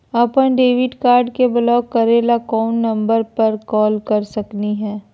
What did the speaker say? अपन debit card के block करे ला कौन नंबर पे कॉल कर सकली हई?